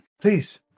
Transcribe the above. Please